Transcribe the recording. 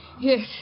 Yes